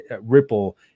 ripple